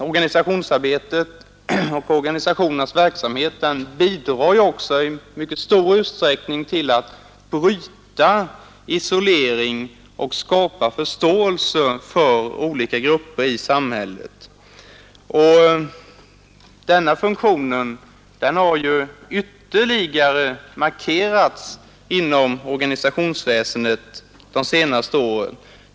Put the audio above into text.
Organisationsarbetet och organisationernas verksamhet bidrar ju också i mycket stor utsträckning till att bryta isolering och skapa förståelse för olika grupper i samhället. Denna funktion har ytterligare markerats inom organisationsväsendet de senaste åren.